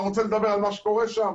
אתה רוצה לדבר על מה שקורה שם?